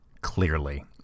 clearly